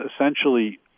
essentially